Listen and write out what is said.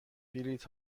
بلیط